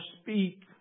speak